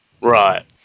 right